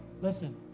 listen